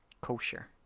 kosher